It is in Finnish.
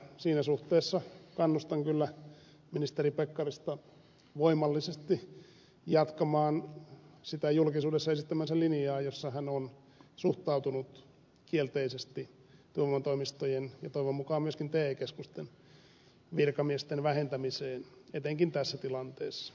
siinä suhteessa kannustan kyllä ministeri pekkarista voimallisesti jatkamaan sitä julkisuudessa esittämäänsä linjaa jossa hän on suhtautunut kielteisesti työvoimatoimistojen ja toivon mukaan myöskin te keskusten virkamiesten vähentämiseen etenkin tässä tilanteessa